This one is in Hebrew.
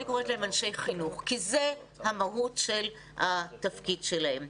אני קוראת להם אנשי חינוך כי זו המהות של התפקיד שלהם.